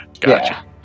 gotcha